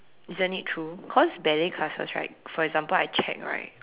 isn't it true cause ballet classes right for example I check right